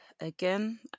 Again